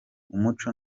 umuco